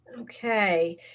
okay